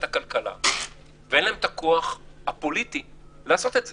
הכלכלה ואין להם כוח פוליטי לעשות את זה,